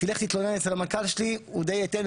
תלך תתלונן אצל המנכ"ל שלי הוא די ייתן